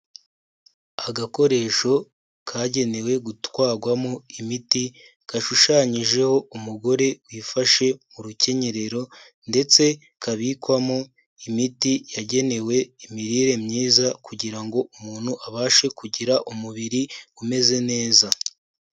Agakoresho kagenewe gutwarwamo imiti gashushanyijeho umugore wifashe mu rukenyerero ndetse kabikwamo imiti yagenewe imirire myiza kugira ngo umuntu abashe kugira umubiri umeze neza.